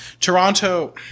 Toronto